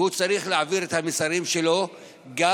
והוא צריך להעביר את המסרים שלו גם